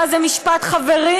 מה זה, משפט חברים?